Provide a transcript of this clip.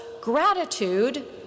gratitude